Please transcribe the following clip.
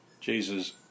Jesus